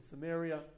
Samaria